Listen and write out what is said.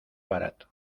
barato